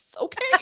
Okay